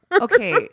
Okay